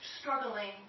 struggling